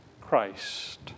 Christ